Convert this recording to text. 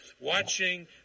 watching